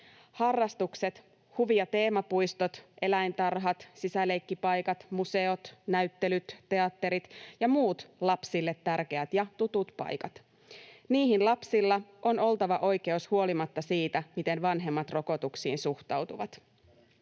Harrastukset, huvi‑ ja teemapuistot, eläintarhat, sisäleikkipaikat, museot, näyttelyt, teatterit ja muut lapsille tärkeät ja tutut paikat — niihin lapsilla on oltava oikeus huolimatta siitä, miten vanhemmat rokotuksiin suhtautuvat.